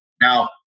Now